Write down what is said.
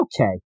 okay